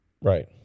Right